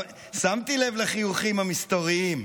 שמתי לב לחיוכים המסתוריים.